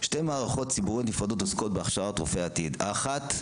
שתי מערכות ציבוריות נפרדות עוסקות בהכשרת רופאי העתיד: האחת,